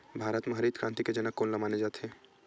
भारत मा हरित क्रांति के जनक कोन ला माने जाथे?